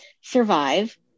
Survive